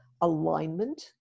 alignment